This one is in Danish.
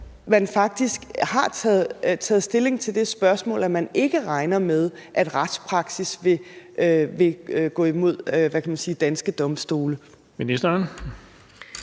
har taget stilling til det spørgsmål, og at man ikke regner med, at retspraksis vil gå imod danske domstole. Kl.